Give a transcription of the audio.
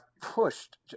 pushed